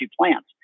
plants